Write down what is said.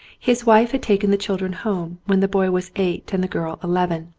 his wife had taken the children home when the boy was eight and the girl eleven.